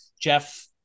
Jeff